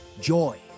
Joy